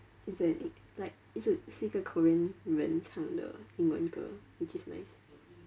it's an eng~ like it's a 是一个 korean 人唱的英文歌 which is nice